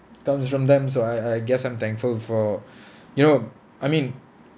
comes from them so I I guess I'm thankful for you know I mean